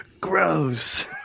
Gross